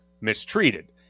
mistreated